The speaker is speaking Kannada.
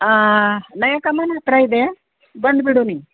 ಹಾಂ ನಯ ಕಮಾನ್ ಹತ್ರ ಇದೆ ಬಂದುಬಿಡು ನೀ